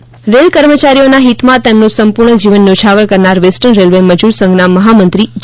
માહુરકર નિધન રેલ કર્મચારીઓના હિતમાં તેમનું સંપૂર્ણ જીવન ન્યોછાવર કરનાર વેસ્ટર્ન રેલ્વે મજૂર સંઘના મહામંત્રી જે